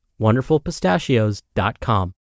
WonderfulPistachios.com